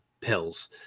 pills